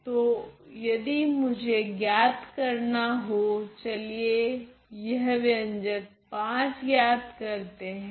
तो यदि मुझे ज्ञात करना हो चलिए यह व्यंजक V ज्ञात करते है